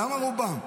למה רובם?